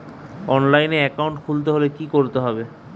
অনলাইনে একাউন্ট খুলতে হলে কি করতে হবে?